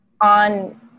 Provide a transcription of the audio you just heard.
on